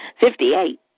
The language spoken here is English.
Fifty-eight